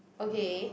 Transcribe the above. okay